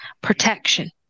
protection